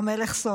הר מלך,